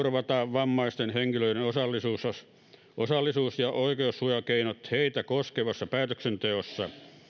vammaisten henkilöiden osallisuus ja oikeussuojakeinot heitä koskevassa päätöksenteossa